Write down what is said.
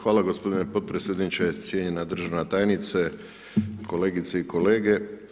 Hvala gospodine potpredsjedniče, cijenjena državna tajnice, kolegice i kolege.